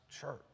church